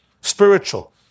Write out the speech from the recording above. spiritual